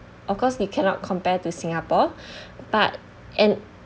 of course we cannot compare to singapore but and